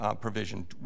provision